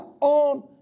on